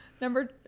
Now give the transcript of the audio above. number